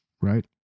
right